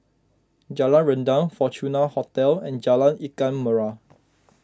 Jalan Rendang Fortuna Hotel and Jalan Ikan Merah